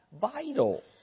vital